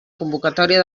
convocatòria